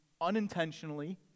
unintentionally